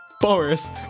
Boris